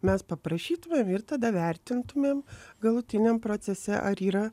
mes paprašytume ir tada vertintumėm galutiniam procese ar yra